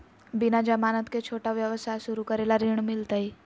बिना जमानत के, छोटा व्यवसाय शुरू करे ला ऋण मिलतई?